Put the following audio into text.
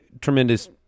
tremendous